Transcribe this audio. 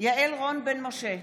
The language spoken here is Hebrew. בהצבעה יעל רון בן משה,